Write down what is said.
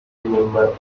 remember